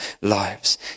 lives